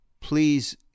Please